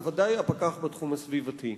בוודאי הפקח בתחום הסביבתי.